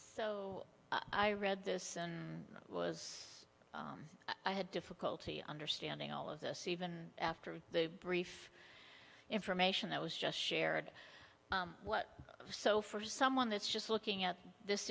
so i read this and was i had difficulty understanding all of this even after the brief information that was just shared what so for someone that's just looking at this